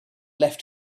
left